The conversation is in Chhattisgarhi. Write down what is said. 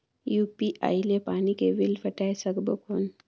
यू.पी.आई ले पानी के बिल पटाय सकबो कौन?